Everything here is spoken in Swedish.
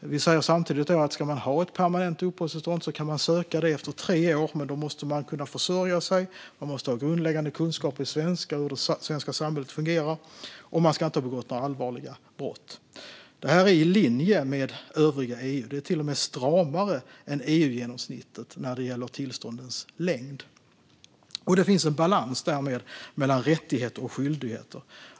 Vi säger samtidigt att ska man ha ett permanent uppehållstillstånd kan man söka det efter tre år. Men då måste man kunna försörja sig, ha grundläggande kunskaper i svenska och hur det svenska samhället fungerar, och man ska inte ha begått några allvarliga brott. Det är i linje med övriga EU. Det är till och med stramare än EU-genomsnittet när det gäller tillståndens längd. Det finns därmed en balans mellan rättigheter och skyldigheter.